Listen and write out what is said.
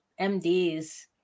MDS